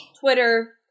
Twitter